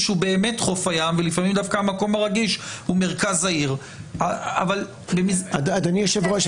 הוא באמת חוף היום ולפעמים הוא מרכז העיר אבל -- אדוני היושב ראש,